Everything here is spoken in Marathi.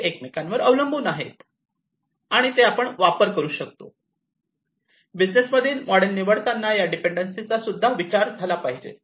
तर ते एकमेकांवर अवलंबून आहेत आणि ते आपण वापरू शकतो बिझनेस मॉडेल निवडताना या डीपेंडन्सी चा सुद्धा विचार झाला पाहिजे